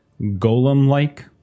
golem-like